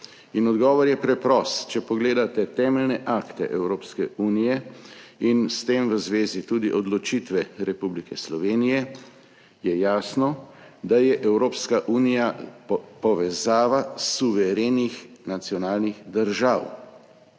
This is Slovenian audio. in odgovor je preprost. Če pogledate temeljne akte Evropske unije in s tem v zvezi tudi odločitve Republike Slovenije je jasno, da je Evropska unija povezava suverenih nacionalnih držav,